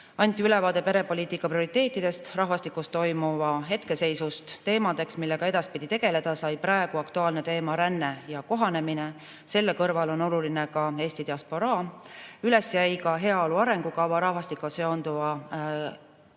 Anti ülevaade perepoliitika prioriteetidest, rahvastikus toimuva hetkeseisust. Teemadeks, millega edaspidi tegeleda, sai praegu aktuaalne rände ja kohanemise teema, aga selle kõrval on oluline ka Eesti diasporaa [teema]. Üles jäi ka heaolu arengukava rahvastikuga seonduva valdkonna